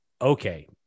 okay